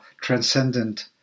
transcendent